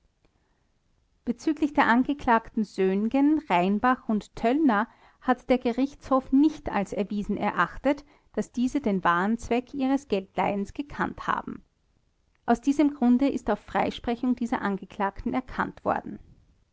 bezüglich der angeklagten söhngen rheinbach und töllner hat der gerichtshof nicht als erwiesen erachtet daß diese den wahren zweck ihres geldleihens gekannt haben aus diesem grunde ist auf freisprechung dieser angeklagten erkannt worden